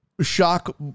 shock